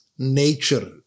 nature